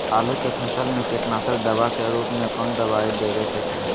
आलू के फसल में कीटनाशक दवा के रूप में कौन दवाई देवे के चाहि?